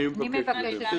אני מבקש לדבר.